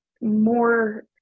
more